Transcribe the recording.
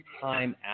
time